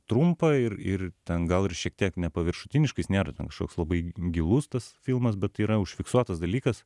trumpą ir ir ten gal ir šiek tiek nepaviršutinišką jis nėra kažkoks labai gilus tas filmas bet tai yra užfiksuotas dalykas